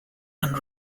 and